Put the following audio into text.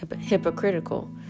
hypocritical